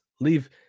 Leave